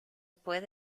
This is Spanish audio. puedo